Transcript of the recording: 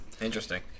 interesting